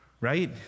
Right